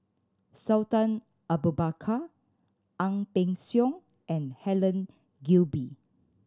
Sultan Abu Bakar Ang Peng Siong and Helen Gilbey